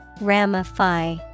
Ramify